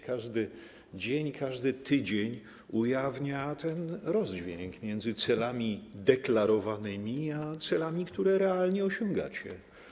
Każdy dzień, każdy tydzień ujawnia rozdźwięk między celami deklarowanymi a celami, które realnie osiągacie.